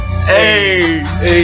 Hey